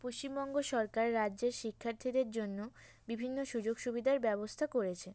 পশ্চিমবঙ্গ সরকার রাজ্যের শিক্ষার্থীদের জন্য বিভিন্ন সুযোগ সুবিধার ব্যবস্থা করেছে